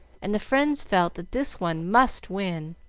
and the friends felt that this one must win.